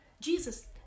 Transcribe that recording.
Jesus